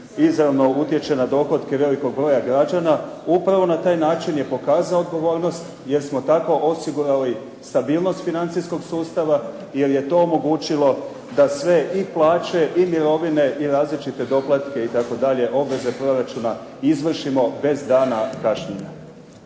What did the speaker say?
izravno utječe na dohotke velikog broja građana, upravo na taj način je pokazao odgovornost jer smo tako osigurali stabilnost financijskog sustava, jer je to omogućilo da sve i plaće, i mirovine, i različite doplatke itd., obveze proračuna izvršimo bez dana kašnjenja.